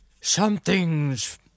something's